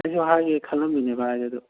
ꯑꯩꯁꯨ ꯍꯥꯏꯒꯦ ꯈꯂꯝꯃꯤꯅꯦ ꯚꯥꯏ ꯑꯗꯨꯗꯣ